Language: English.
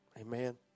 Amen